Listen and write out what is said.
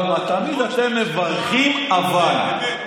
תמיד אתם מברכים, אבל.